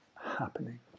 happening